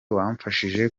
wamfashije